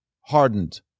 hardened